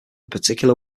particular